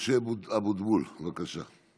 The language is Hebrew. משה אבוטבול, בבקשה.